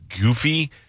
goofy